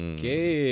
Okay